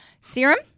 serum